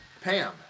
Pam